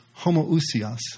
homoousios